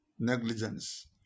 Negligence